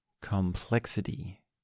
complexity